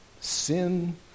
sin